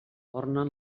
ornen